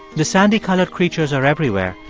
the sandy-colored creatures are everywhere,